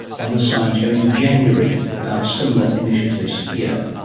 on the science show in january about similar initiatives here.